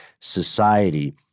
society